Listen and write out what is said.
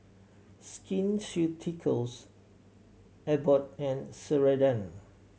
Skin Ceuticals Abbott and Ceradan